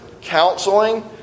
counseling